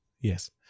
yes